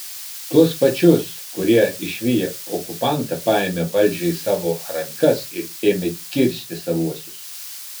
tuos pačius kurie išviję okupantą paėmė valdžią į savo rankas ir ėmė kirsti savuosius